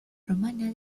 romana